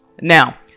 Now